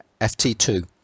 FT2